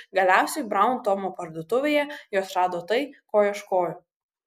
galiausiai braun tomo parduotuvėje jos rado tai ko ieškojo